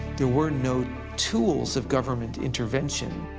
there were no tools of government intervention.